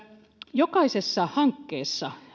jokaisessa hankkeessa